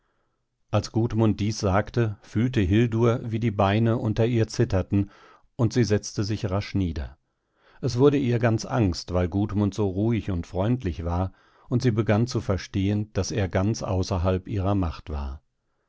als gudmund dies sagte fühlte hildur wie die beine unter ihr zitterten und sie setzte sich rasch nieder es wurde ihr ganz angst weil gudmund so ruhig und freundlich war und sie begann zu verstehen daß er ganz außerhalb ihrer macht war